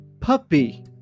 puppy